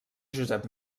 josep